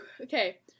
Okay